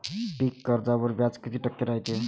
पीक कर्जावर व्याज किती टक्के रायते?